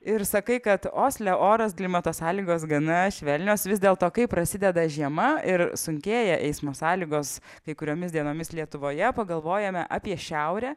ir sakai kad osle oras klimato sąlygos gana švelnios vis dėlto kai prasideda žiema ir sunkėja eismo sąlygos kai kuriomis dienomis lietuvoje pagalvojame apie šiaurę